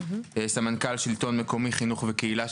סמנכ"ל שלטון מקומי חינוך וקהילה.